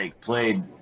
played